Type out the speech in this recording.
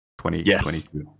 2022